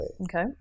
Okay